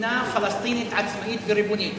מדינה פלסטינית עצמאית וריבונית,